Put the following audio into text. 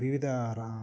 ವಿವಿಧ ರಾ